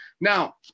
Now